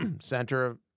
center